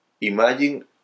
Imagine